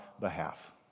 behalf